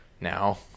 now